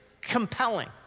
compelling